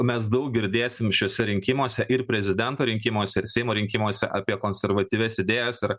mes daug girdėsim šiuose rinkimuose ir prezidento rinkimuose seimo rinkimuose apie konservatyvias idėjas ar